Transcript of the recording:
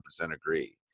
agree